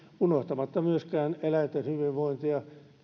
unohtamatta myöskään eläinten hyvinvointia